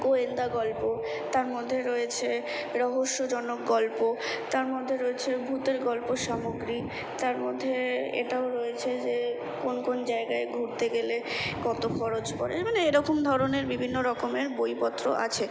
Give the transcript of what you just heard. গোয়েন্দা গল্প তার মধ্যে রয়েছে রহস্যজনক গল্প তার মধ্যে রয়েছে ভূতের গল্প সামগ্রী তার মধ্যে এটাও রয়েছে যে কোন কোন জায়গায় ঘুরতে গেলে কত খরচ পড়ে মানে এরকম ধরনের বিভিন্ন রকমের বইপত্র আছে